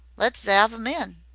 let's ave im in.